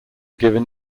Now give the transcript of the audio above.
given